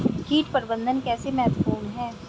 कीट प्रबंधन कैसे महत्वपूर्ण है?